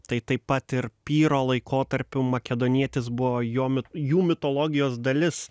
tai taip pat ir pyro laikotarpiu makedonietis buvo jo mi jų mitologijos dalis